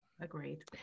Agreed